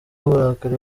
uburakari